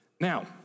Now